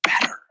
better